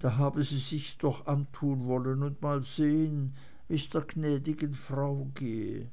da habe sie sich's doch antun wollen und mal sehen wie's der gnädigen frau gehe